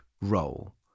role